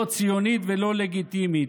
לא ציונית ולא לגיטימית.